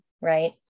right